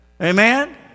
Amen